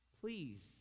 please